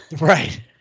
Right